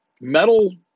metal